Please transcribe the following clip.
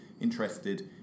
interested